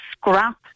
scrap